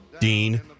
Dean